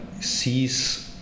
sees